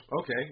okay